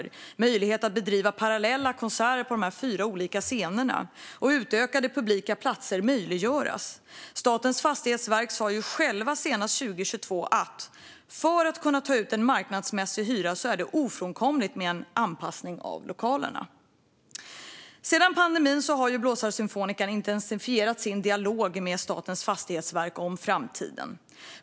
Det behöver finnas möjlighet att bedriva parallella konserter på de fyra olika scenerna, och utökade publika platser behöver möjliggöras. Statens fastighetsverk sa självt senast 2022 att för att man ska kunna ta ut en marknadsmässig hyra är det ofrånkomligt med en anpassning av lokalerna. Sedan pandemin har Blåsarsymfonikerna intensifierat sin dialog om framtiden med Statens fastighetsverk.